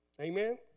amen